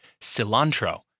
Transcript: cilantro